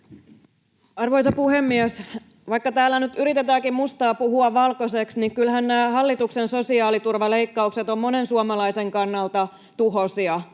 Arvoisa puhemies! Vaikka täällä nyt yritetäänkin mustaa puhua valkoiseksi, niin kyllähän nämä hallituksen sosiaaliturvaleik-kaukset ovat monen suomalaisen kannalta tuhoisia.